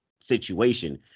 situation